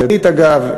אגב,